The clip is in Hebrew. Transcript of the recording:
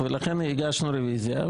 ולכן הגשנו רוויזיה.